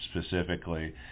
specifically